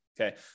okay